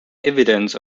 evidence